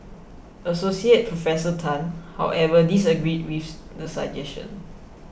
Associated Professor Tan however disagreed with the suggestion